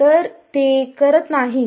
तर ते करत नाहीत